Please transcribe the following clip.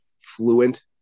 fluent